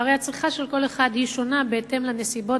והרי הצריכה של כל אחד שונה בהתאם לנסיבות